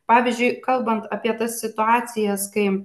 pavyzdžiui kalbant apie tas situacijas kai